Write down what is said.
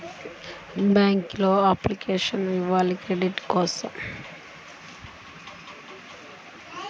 Credit తీసుకోవాలి అంటే ఏమైనా దరఖాస్తు పెట్టుకోవాలా?